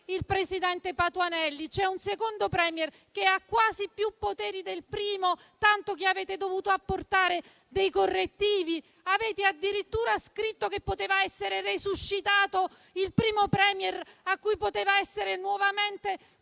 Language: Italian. il presidente Patuanelli. C'è un secondo *Premier* che ha quasi più poteri del primo, tanto che avete dovuto apportare dei correttivi. Avete addirittura scritto che poteva essere resuscitato il primo *Premier*, a cui poteva essere nuovamente